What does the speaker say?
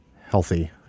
healthy